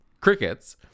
crickets